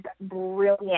brilliant